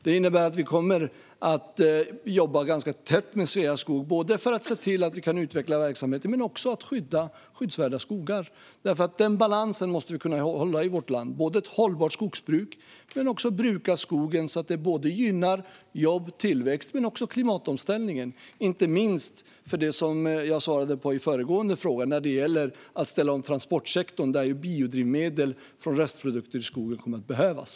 Det innebär att vi kommer att jobba ganska tätt med Sveaskog, både för att se till att vi kan utveckla verksamheten och för att skydda skyddsvärda skogar. Vi måste i vårt land kunna hålla balansen mellan ett hållbart skogsbruk och brukande av skogen så att det gynnar såväl jobb och tillväxt som klimatomställningen, inte minst när det gäller det jag nämnde i föregående fråga, att ställa om transportsektorn, där biodrivmedel från restprodukter av skogen kommer att behövas.